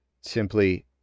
simply